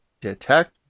Detect